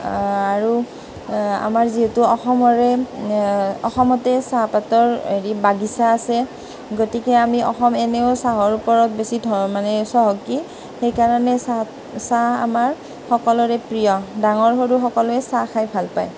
আৰু আমাৰ যিহেতু অসমৰে অসমতে চাহপাতৰ হেৰি বাগিচা আছে গতিকে আমি অসম এনেও চাহৰ ওপৰত বেছি ধৰ মানে চহকী সেইকাৰণে চাহ চাহ আমাৰ সকলোৰে প্ৰিয় ডাঙৰ সৰু সকলোৱে চাহ খাই ভাল পায়